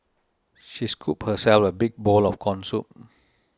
she scooped herself a big bowl of Corn Soup